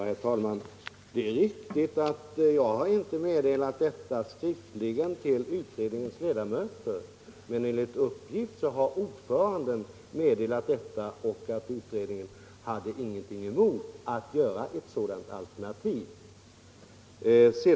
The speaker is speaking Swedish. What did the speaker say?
Herr talman! Det är riktigt att jag inte meddelat detta skriftligen till utredningens ledamöter. Men enligt uppgift har ordföranden meddelat detta, och utredningen hade ingenting emot att ta fram ett sådant alternativ.